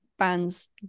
bands